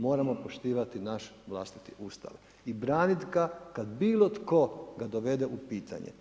Moramo poštivati naš vlastiti Ustav i branit ga kad bilo tko ga dovede u pitanje.